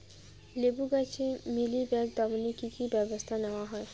লেবু গাছে মিলিবাগ দমনে কী কী ব্যবস্থা নেওয়া হয়?